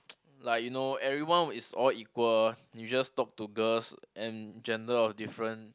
like you know everyone is all equal you just talk to girls and gender of different